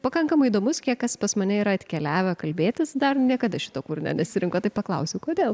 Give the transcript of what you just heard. pakankamai įdomus kiek kas pas mane yra atkeliavę kalbėtis dar niekada šito kūrinio nesirinko tai paklausiu kodėl